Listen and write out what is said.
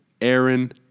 Aaron